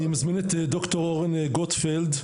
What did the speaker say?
אני מזמין את ד"ר אורן גוטפלד,